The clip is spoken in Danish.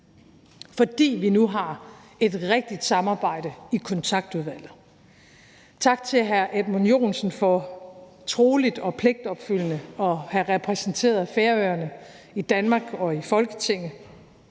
fordi vi nu har et rigtigt samarbejde i Kontaktudvalget. Tak til hr. Edmund Joensen for troligt og pligtopfyldende at have repræsenteret Færøerne i Danmark og i Folketinget.